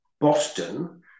Boston